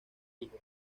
hijo